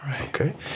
Okay